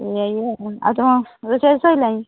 ଆଉ କ'ଣ ରୋଷେଇ ବାସ ସରିଲାଣି